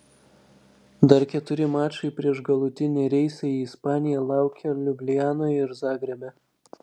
dar keturi mačai prieš galutinį reisą į ispaniją laukia liublianoje ir zagrebe